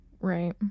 right